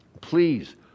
Please